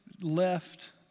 left